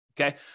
okay